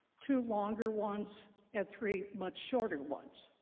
two longer ones and three much shorter ones.